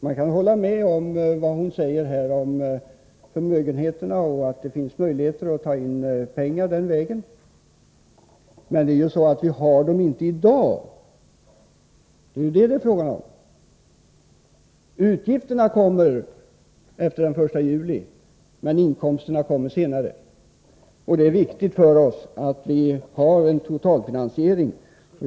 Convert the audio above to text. Man kan hålla med Inga Lantz när hon talar om förmögenheterna och säger att det finns möjligheter att ta in pengar den vägen. Men vi har ju inte dessa möjligheter i dag. Det är detta det är fråga om. Utgifterna kommer från den 1 juli, men inkomsterna kommer senare, och det är viktigt för oss att vi har en totalfinansiering.